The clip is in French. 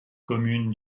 communes